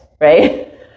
right